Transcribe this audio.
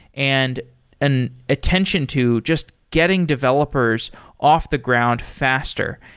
and an attention to just getting developers off the ground faster,